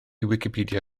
wicipedia